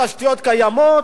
התשתיות קיימות,